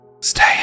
stay